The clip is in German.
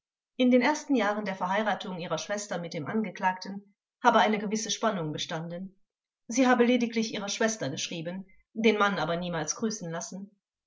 in den ersten jahren der verheiratung ihrer schwester mit dem angeklagten habe eine gewisse spannung bestanden sie habe lediglich ihrer schwester geschrieben den mann aber niemals grüßen lassen